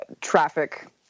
traffic